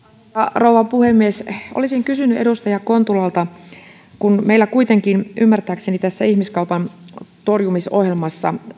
rouva puhemies olisin kysynyt edustaja kontulalta meillä kuitenkin ymmärtääkseni ihmiskaupan torjumisohjelmassa